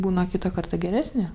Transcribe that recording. būna kitą kartą geresnė